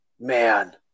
man